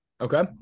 okay